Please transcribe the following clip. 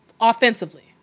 Offensively